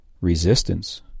resistance